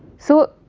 so,